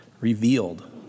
revealed